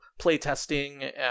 playtesting